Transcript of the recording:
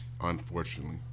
Unfortunately